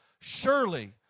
Surely